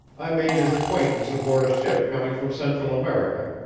i made his acquaintance aboard a ship coming from central america,